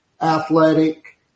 athletic